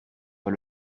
pas